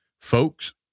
Folks